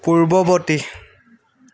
পূৰ্বৱৰ্তী